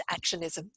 actionism